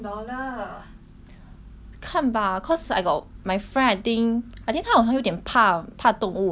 看 bah cause I got my friend I think I think 她好像有一点怕怕动物这样子所以 like 不一定